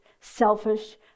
selfish